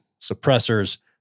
suppressors